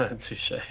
Touche